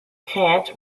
kant